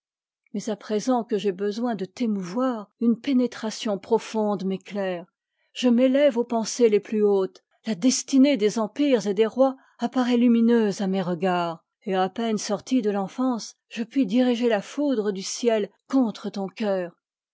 mais à présent que j'ai besoin de t'émou voir une pénétration profonde m'éclaire je m'étève aux pensées les plus hautes ta destinée des empires et des rois apparaît lumineuse à mes regards et à peine sortie de l'enfance je puis diriger la foudre du ciel contre ton coeur